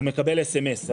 מקבל סמס.